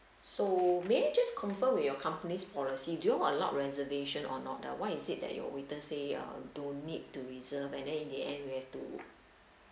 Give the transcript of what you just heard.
so may I just confirm with your company's policy do you allow reservation or not ah why is it that you waiter say uh don't need to reserve and then in the end we have to